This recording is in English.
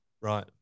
right